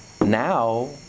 Now